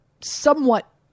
somewhat